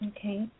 Okay